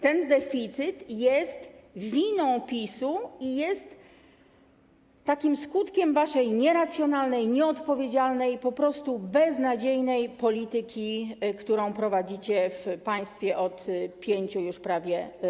Ten deficyt jest winą PiS i jest skutkiem waszej nieracjonalnej, nieodpowiedzialnej, po prostu beznadziejnej polityki, którą prowadzicie w państwie już prawie od 5 lat.